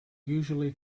usually